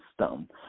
system